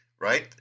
Right